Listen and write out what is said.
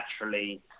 naturally